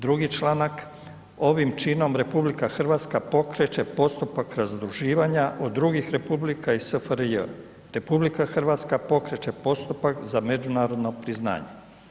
Drugi članak, ovim činom RH pokreće postupak razduživanja od drugih republika i SFRJ, RH pokreće postupak za međunarodno priznanje.